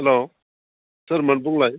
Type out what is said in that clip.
हेल' सोरमोन बुंलाय